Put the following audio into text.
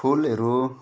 फुलहरू